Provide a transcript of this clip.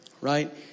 right